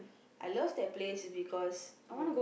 I love that place because um